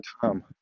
time